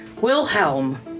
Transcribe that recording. Wilhelm